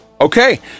okay